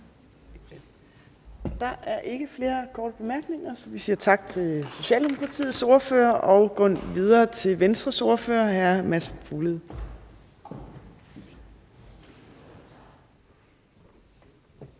Der er ikke flere korte bemærkninger, så vi siger tak til Socialdemokratiets ordfører og går videre til Venstres ordfører, hr. Mads Fuglede.